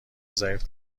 ضعیف